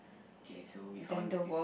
okay so we found